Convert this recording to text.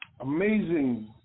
amazing